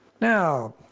Now